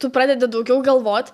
tu pradedi daugiau galvot